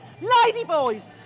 ladyboys